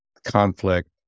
conflict